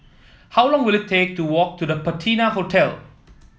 how long will it take to walk to The Patina Hotel